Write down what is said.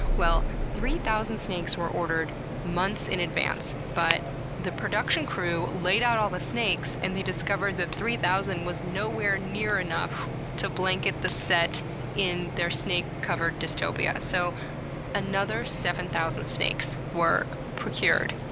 well, three thousand snakes were ordered months in advance, but the production crew laid out the snakes and they discovered that three thousand was nowhere near enough to blanket the set in their snake-covered dystopia. so another seven thousand snakes were procured,